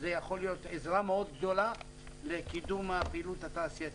וזה יכול להיות עזרה מאוד גדולה לקידום הפעילות התעשייתית.